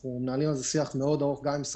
אנחנו מנהלים על זה שיח ארוך מאוד גם עם המלונאים